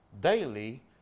daily